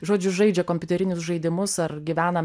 žodžiu žaidžia kompiuterinius žaidimus ar gyvena